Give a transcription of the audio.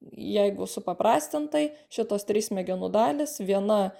jeigu supaprastintai šitos trys smegenų dalys viena